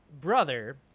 brother